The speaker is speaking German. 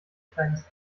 kleines